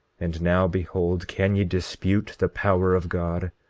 and now behold, can ye dispute the power of god?